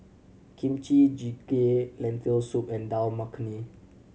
Kimchi Jjigae Lentil Soup and Dal Makhani